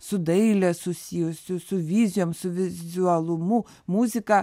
su daile susijusių su vizijom su vizualumu muzika